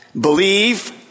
Believe